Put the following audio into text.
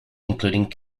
including